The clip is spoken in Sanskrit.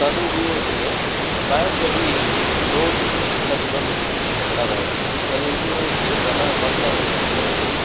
तदुपयोज्य बेङ्क् अपि लोन् सहितं ददाति तदुपयोज्य जनाः महिलाः किं करोति